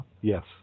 Yes